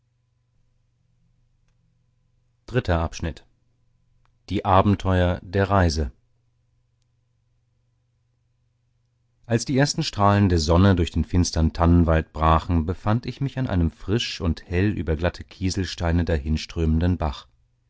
als die ersten strahlen der sonne durch den finstern tannenwald brachen befand ich mich an einem frisch und hell über glatte kieselsteine dahinströmenden bach